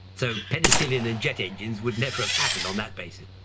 so penicillin and jet engines would never have happened on that basis.